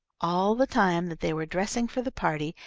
all the time that they were dressing for the party,